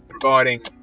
providing